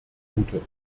gute